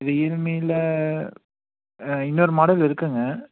ரியல்மியில் இன்னொரு மாடல் இருக்குங்க